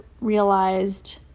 realized